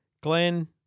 Glenn